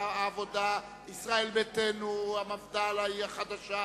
ישראל ביתנו, העבודה,